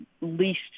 least